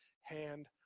hand